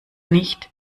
nicht